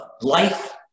Life